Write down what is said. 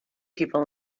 people